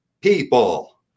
people